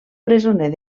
presoner